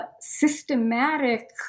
systematic